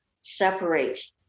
separate